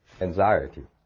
anxiety